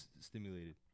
stimulated